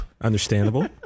Understandable